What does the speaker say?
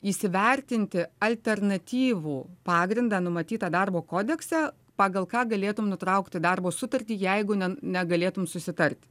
įsivertinti alternatyvų pagrindą numatytą darbo kodekse pagal ką galėtum nutraukti darbo sutartį jeigu ne negalėtum susitarti